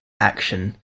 action